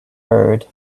heard